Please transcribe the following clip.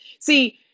See